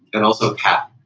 and also cap.